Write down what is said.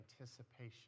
anticipation